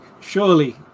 surely